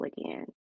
again